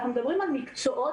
אנחנו מדברים על מקצועות,